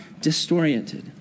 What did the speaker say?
disoriented